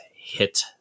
hit